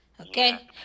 Okay